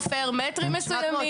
האם אתה חופר מטרים מסוימים.